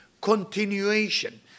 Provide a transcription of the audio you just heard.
continuation